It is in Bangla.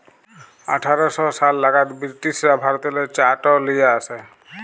আঠার শ সাল লাগাদ বিরটিশরা ভারতেল্লে চাঁট লিয়ে আসে